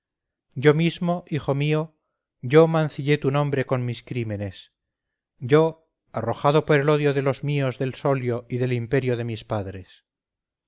yo mismo hijo mío yo mancillé tu nombre con mis crímenes yo arrojado por el odio de los míos del solio y del imperio de mis padres